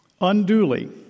unduly